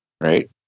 Right